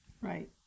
Right